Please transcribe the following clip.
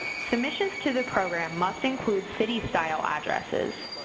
submissions to the program must include city-style addresses.